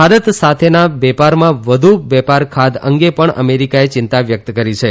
ભારત સાથેના વેપારમાં વધુ વેપાર ખાધ અંગે પણ અમેરિકા ચિંતા વ્યક્ત કરી છે